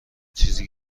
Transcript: چیزی